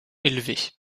élevés